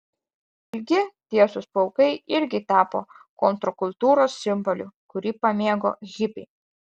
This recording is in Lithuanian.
ilgi tiesūs plaukai irgi tapo kontrkultūros simboliu kurį pamėgo hipiai